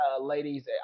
ladies